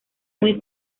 muy